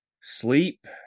sleep